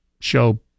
show